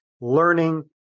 learning